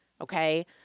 Okay